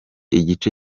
igice